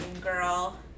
girl